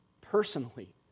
personally